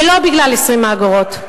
ולא בגלל 20 האגורות.